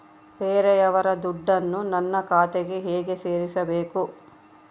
ಬೇರೆಯವರ ದುಡ್ಡನ್ನು ನನ್ನ ಖಾತೆಗೆ ಹೇಗೆ ಸೇರಿಸಬೇಕು?